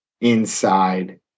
inside